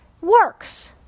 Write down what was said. works